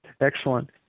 Excellent